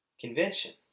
convention